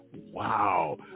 Wow